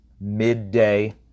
midday